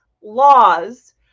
laws